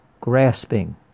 grasping